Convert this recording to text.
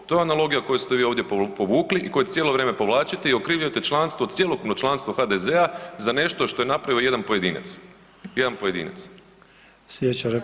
To je analogija koju ste vi ovdje povukli i koju cijelo vrijeme povlačite i okrivljujete članstvo, cjelokupno članstvo HDZ-a za nešto što je napravi jedan pojedina, jedan pojedinac.